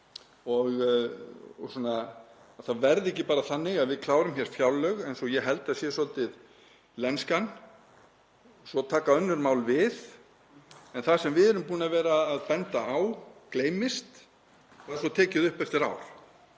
að það verði ekki bara þannig að við klárum fjárlög, eins og ég held að sé svolítið lenskan, og svo taka önnur mál við en það sem við erum búin að vera að benda á gleymist en er svo tekið upp eftir ár.